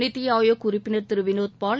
நித்தி ஆயோக் உறுப்பினர் திரு வினோத் பால்